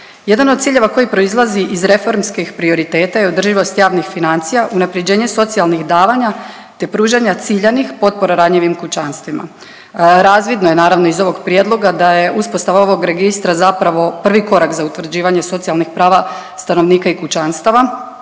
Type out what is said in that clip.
Jedan od ciljeva koji proizlazi iz reformskih prioriteta i održivosti javnih financija, unapređenje socijalnih davanja te pružanja ciljanih potpora ranjivim kućanstvima. Razvidno je naravno iz ovog prijedloga da je uspostava ovog registra zapravo prvi korak za utvrđivanje socijalnih prava stanovnika i kućanstava